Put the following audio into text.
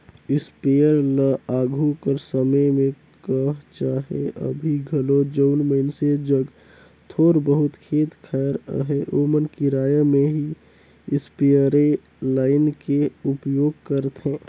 sprayer ल आघु कर समे में कह चहे अभीं घलो जउन मइनसे जग थोर बहुत खेत खाएर अहे ओमन किराया में ही इस्परे लाएन के उपयोग करथे